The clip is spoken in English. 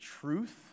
truth